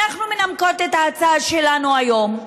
אנחנו מנמקות את ההצעה שלנו היום,